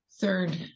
third